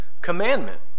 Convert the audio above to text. commandment